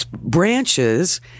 Branches